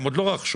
הם גם הודיעו